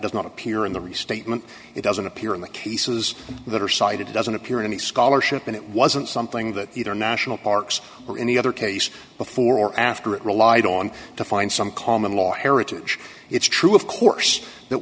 does not appear in the restatement it doesn't appear in the cases that are cited it doesn't appear in any scholarship and it wasn't something that either national parks or any other case before or after it relied on to find some common law heritage it's true of course that